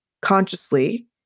consciously